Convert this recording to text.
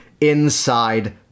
inside